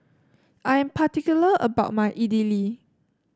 I am particular about my Idili